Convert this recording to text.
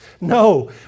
No